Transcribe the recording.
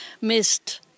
missed